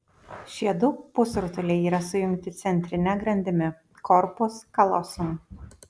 šie du pusrutuliai yra sujungti centrine grandimi korpus kalosum